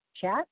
chat